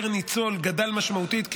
התקציב פר ניצול גדל משמעותית,